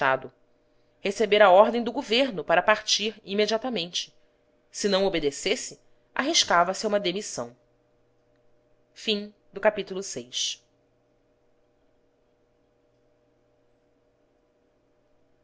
estado recebera ordem do governo para partir imediatamente se não obedecesse arriscava se a uma demissão um